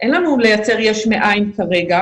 אין לנו לייצר יש מאין כרגע,